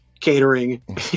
catering